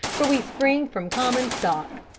for we spring from common stock.